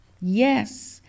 Yes